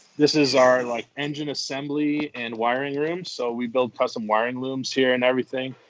this is our, like, engine assembly and wiring room. so we built custom wiring looms here and everything.